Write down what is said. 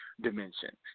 dimension